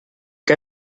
que